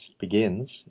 begins